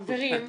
חברים,